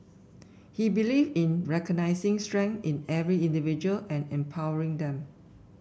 he believe in recognising strength in every individual and empowering them